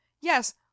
Yes